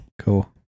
Cool